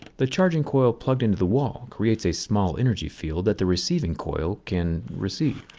the charging coil plugged into the wall creates a small energy field that the receiving coil can receive.